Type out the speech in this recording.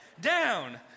down